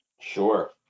Sure